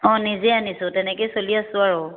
অঁ নিজেই আনিছোঁ তেনেকেই চলি আছোঁ আৰু